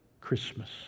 Christmas